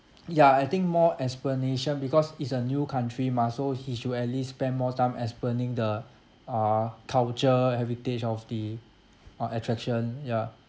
ya I think more explanation because it's a new country mah so he should at least spend more time explaining the uh culture heritage of the uh attraction ya